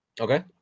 Okay